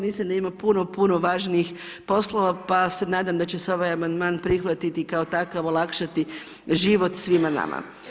Mislim da ima puno, puno važnijih poslova, pa se nadam da će se ovaj amandman prihvatiti i kao takav olakšati život svima nama.